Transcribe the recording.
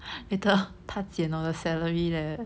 later 她减我的 salary leh